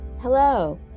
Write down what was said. Hello